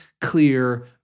clear